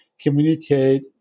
communicate